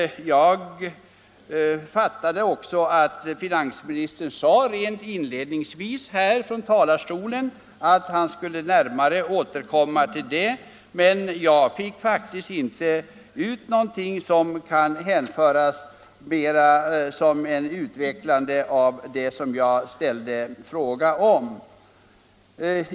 Jag uppfattade det också så att finansministern inledningsvis sade att han närmare skulle återkomma till detta, men jag kunde inte finna att han sedan utvecklade sin syn på det jag frågat om.